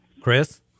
Chris